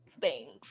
Thanks